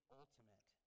ultimate